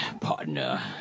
partner